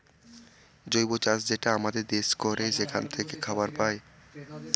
জৈব চাষ যেটা আমাদের দেশে করে সেখান থাকে খাবার পায়